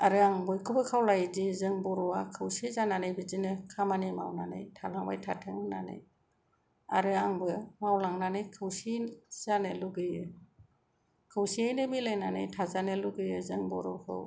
आरो आं बयखौबो खावलायोदि जों बर'आ खौसे जानानै बिदिनो खामानि मावनानै थालांबाय थाथों होननानै आरो आंबो मावलांनानै खौसे जानो लुगैयो खौसेयैनो मिलायनानै थाजानो लुगैयो जों बर'खौ